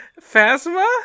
phasma